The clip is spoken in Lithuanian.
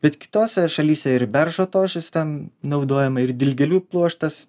bet kitose šalyse ir beržo tošis ten naudojama ir dilgėlių pluoštas